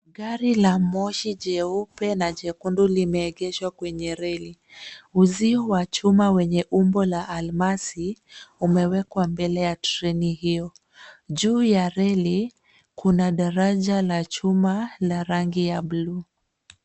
Gari la moshi jeupe na jekundu limeegeshwa kwenye reli. Uzio wa chuma lenye umbo wa almasi umewekwa mbele ya treni hiyo. Juu ya reli kuna daraja la chuma la rangi ya blue .